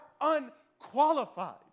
unqualified